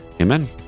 Amen